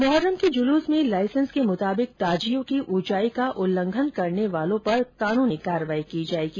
मोर्हरम के जुलूस में लाईसेंस के मुताबिक ताजियों की ऊंचाई का उल्लंघन करने वालों पर कानूनी कार्रवाई की जायेगी